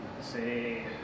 Say